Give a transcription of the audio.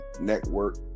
network